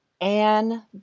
Anne